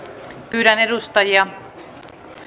pyydän edustajia